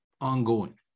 ongoing